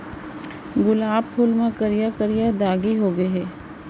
गुलाब फूल म करिया करिया दागी हो गय हे